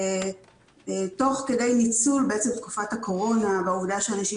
תוך ניצול תקופת הקורונה והעובדה שאנשים